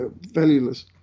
valueless